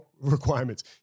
requirements